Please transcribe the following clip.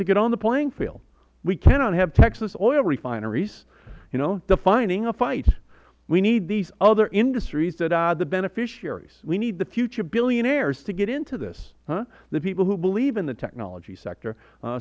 to get on the playing field we cannot have texas oil refineries defining the fight we need these other industries that are the beneficiaries we need the future billionaires to get into this the people who believe in the technology sector